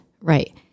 right